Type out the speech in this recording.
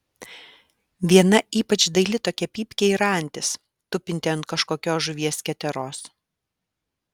viena ypač daili tokia pypkė yra antis tupinti ant kažkokios žuvies keteros